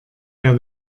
der